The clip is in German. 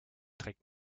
trägt